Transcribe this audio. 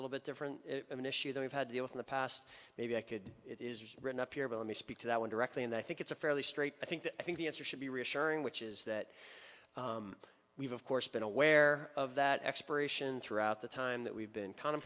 than we've had to deal with in the past maybe i could it is written up here but let me speak to that one directly and i think it's a fairly straight i think that i think the answer should be reassuring which is that we've of course been aware of that expiration throughout the time that we've been